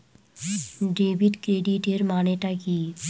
Debit ক্রেডিটের মানে টা কি?